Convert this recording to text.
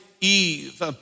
Eve